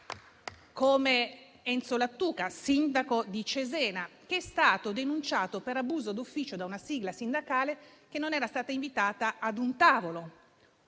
come Enzo Lattuca, sindaco di Cesena, che è stato denunciato per abuso d'ufficio da una sigla sindacale che non era stata invitata a un tavolo;